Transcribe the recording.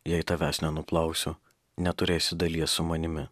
jei tavęs nenuplausiu neturėsi dalies su manimi